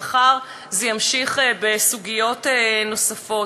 ומחר זה יימשך בסוגיות נוספות.